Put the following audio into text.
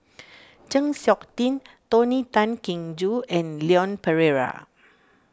Chng Seok Tin Tony Tan Keng Joo and Leon Perera